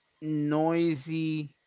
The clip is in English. noisy